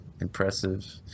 impressive